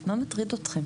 מה מטריד אתכם?